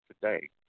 today